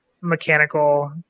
mechanical